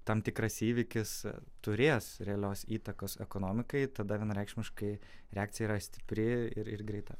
tam tikras įvykis turės realios įtakos ekonomikai tada vienareikšmiškai reakcija yra stipri ir ir greita